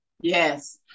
Yes